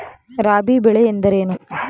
ರಾಬಿ ಬೆಳೆ ಎಂದರೇನು?